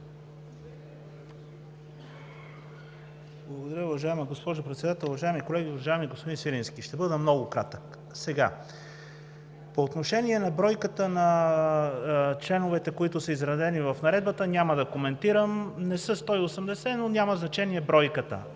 Благодаря, уважаема госпожо Председател. Уважаеми колеги! Уважаеми господин Свиленски, ще бъда много кратък. По отношение на бройката на членовете, които са изброени в наредбата, няма да коментирам – не са 180, но няма значение бройката.